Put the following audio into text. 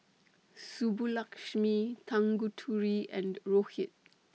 Subbulakshmi Tanguturi and Rohit